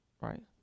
right